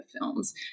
films